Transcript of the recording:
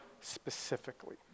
specifically